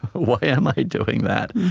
why am i doing that?